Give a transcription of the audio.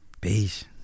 Peace